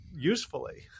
usefully